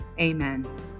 Amen